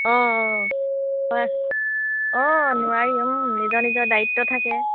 অঁ অঁ হয় অঁ নোৱাৰি নিজৰ নিজৰ দায়িত্ব থাকে